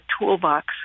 toolbox